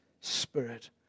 Spirit